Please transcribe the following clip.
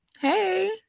Hey